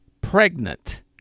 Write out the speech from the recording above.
pregnant